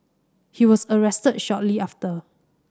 he was arrested shortly after